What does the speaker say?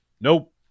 nope